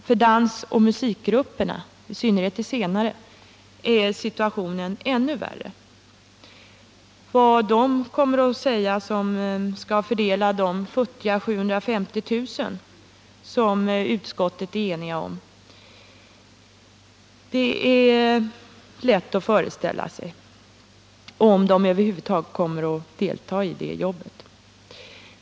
För dansoch musikgrupperna — i synnerhet de senare — är situationen än värre. Vad de kommer att säga som skall fördela de futtiga 750 000 kr. som utskottet är enigt om är lätt att föreställa sig — om de över huvud taget kommer att delta i det jobbet.